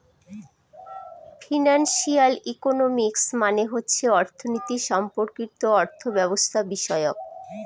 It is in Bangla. ফিনান্সিয়াল ইকোনমিক্স মানে হচ্ছে অর্থনীতি সম্পর্কিত অর্থব্যবস্থাবিষয়ক